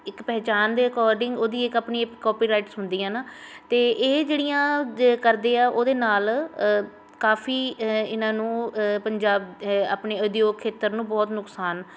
ਇੱਕ ਪਹਿਚਾਣ ਦੇ ਅਕੋਡਿੰਗ ਉਹਦੀ ਇੱਕ ਆਪਣੀ ਕੋਪੀਰਾਈਟਸ ਹੁੰਦੀ ਆ ਨਾ ਅਤੇ ਇਹ ਜਿਹੜੀਆਂ ਜ ਕਰਦੇ ਆ ਉਹਦੇ ਨਾਲ ਕਾਫੀ ਇਹਨਾਂ ਨੂੰ ਪੰਜਾਬ ਆਪਣੇ ਉਦਯੋਗ ਖੇਤਰ ਨੂੰ ਬਹੁਤ ਨੁਕਸਾਨ